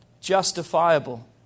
justifiable